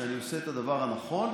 שאני עושה את הדבר הנכון,